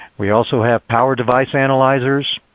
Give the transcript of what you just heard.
we also have power device analyzers.